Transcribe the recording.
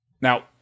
now